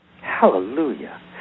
Hallelujah